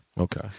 Okay